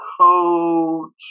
coach